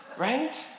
Right